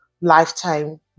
lifetime